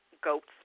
goat's